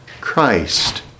Christ